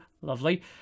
Lovely